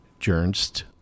Jernst